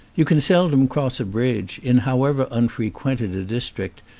you can seldom cross a bridge, in however unfrequented a district,